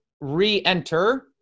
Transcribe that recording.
re-enter